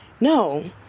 no